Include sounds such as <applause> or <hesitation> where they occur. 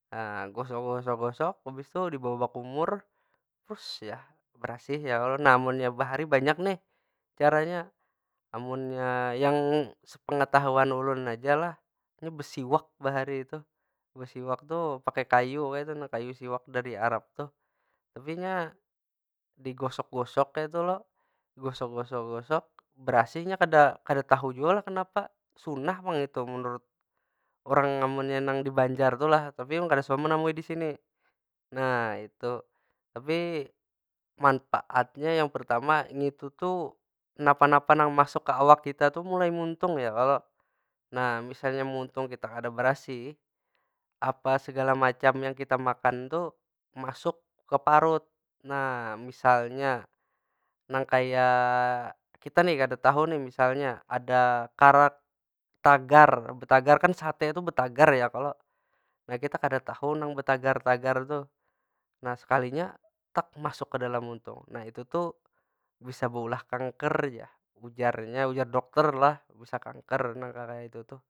<hesitation> gosok- gosok- gosok habis tu dibawa bakumur, jar, barasih ya kalo? Nah, munnya bahari banyak nih caranya. Amunnya yang sepengetahuan ulun aja lah, nya besiwak bahari tuh. Besiwak tu pakai kayu kaytu nah. Kayu siwak dari arab tuh. Tapinya digosok- gosok kaytu lo. Digosik- gosok- gosok berasih nya kada- kada tahu jua lah kenapa? Sunnah pang itu menurut urang amunnya nang di banjar tu lah. Tapi ulun kada suah menamui di sini. Nah, itu. Tapi manpaatnya yang pertama ngitu- tuh napa- napa nang masuk ka awak kita tu mulai muntung ya kalo? Nah, misalnya muntung kita kada barasih, apa segala macam yang kita makan tuh masuk ke parut. Nah, misalnya nang kaya kita nih kada tahu nih ada karak tagar, betagar kan sate tu betagar ya kalo? Nah kita kada tahu nang betagar- tagar tu. Nah sekalinya masuk ke dalam muntung. Nah itu tuh, bisa beulah kanker jar. Ujarnya, ujar dokter lah bisa kanker nang kakaytu tu.